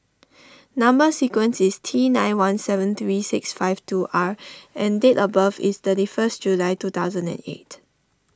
Number Sequence is T nine one seven three six five two R and date of birth is thirty first July two thousand and eight